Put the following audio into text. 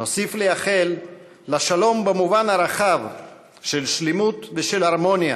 נוסיף לייחל לשלום במובן הרחב של שלמות ושל הרמוניה,